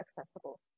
accessible